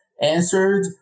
answered